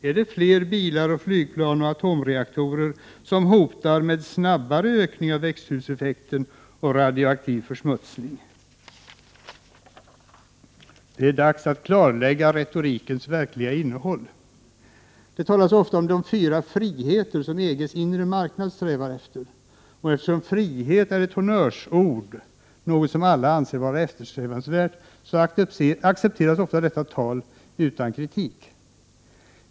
Är det flera bilar, flygplan och atomreaktorer som hotar med snabbare ökning av växthuseffekten och radioaktiv försmutsning? Det är dags att klarlägga retorikens verkliga innehåll. Det talas ofta om de fyra friheter som EG:s inre marknad strävar efter. Eftersom frihet är ett honnörsord — något som alla anser vara eftersträvansvärt — så accepteras ofta detta tal utan kritik.